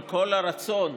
עם כל הרצון,